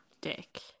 Dick